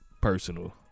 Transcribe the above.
personal